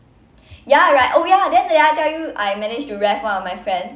ya right oh ya then did I tell you I managed to ref one of my friend